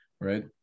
right